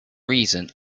reason